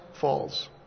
falls